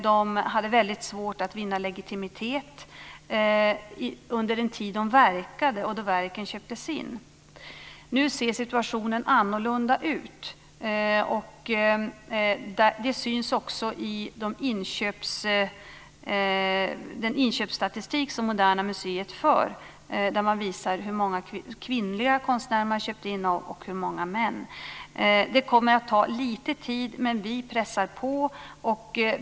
De har haft väldigt svårt att vinna legitimitet under den tid de verkat och då verken köpts in. Nu ser situationen annorlunda ut, och det syns också i den inköpsstatistik som Moderna museet för, där man visar hur många kvinnliga konstnärer man har köpt in av och hur många manliga. Det kommer att ta lite tid, men vi pressar på.